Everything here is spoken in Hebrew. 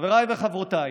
חבריי וחברותיי,